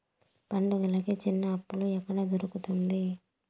పండుగలకి చిన్న అప్పు ఎక్కడ దొరుకుతుంది